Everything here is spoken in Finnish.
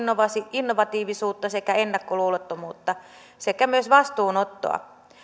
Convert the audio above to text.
innovatiivisuutta ennakkoluulottomuutta sekä myös vastuunottoa